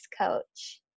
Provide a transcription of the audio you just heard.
coach